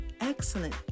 excellent